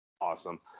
awesome